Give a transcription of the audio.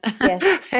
Yes